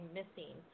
missing